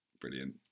Brilliant